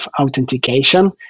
authentication